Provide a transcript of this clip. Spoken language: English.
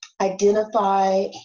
identify